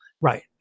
Right